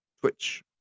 Twitch